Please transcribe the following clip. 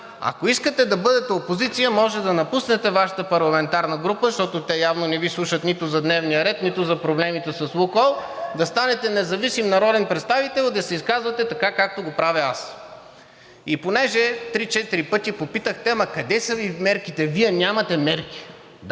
Ако искате да бъдете опозиция, може да напуснете Вашата парламентарна група, защото те явно не Ви слушат нито за дневния ред, нито за проблемите с „Лукойл“, да станете независим народен представител и да се изказвате така, както го правя аз. И понеже три-четири пъти попитахте: ама къде са Ви мерките? Вие нямате мерки.